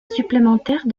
supplémentaire